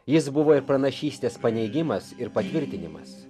jis buvo ir pranašystės paneigimas ir patvirtinimas